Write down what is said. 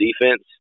defense